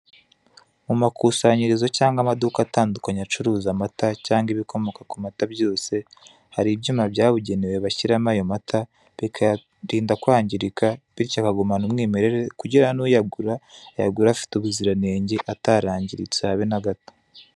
Mu makusanyirizo cyangwa amaduka atandukanye acuruza amata cyangwa ibikomoka ku mata byose, hari ibyuma byabugenewe bashyiramo ayo amata, bikayarinda kwangirika bityo akagumana umwimerere kugira nuyagura ayagure afite ubuziranenge atarangiritse habe na gato.